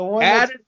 Add